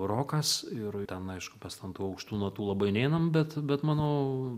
rokas ir ten aišku mes ten tų aukštų natų labai neinam bet bet manau